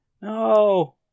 No